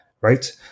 right